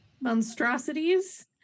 monstrosities